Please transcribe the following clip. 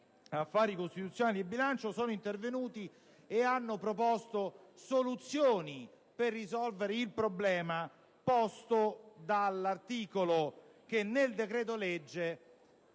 affari costituzionali e bilancio, sono intervenuti e hanno proposto soluzioni per risolvere il problema posto dall'articolo che nel decreto‑legge